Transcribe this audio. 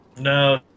No